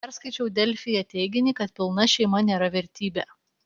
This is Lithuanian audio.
perskaičiau delfyje teiginį kad pilna šeima nėra vertybė